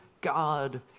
God